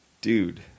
dude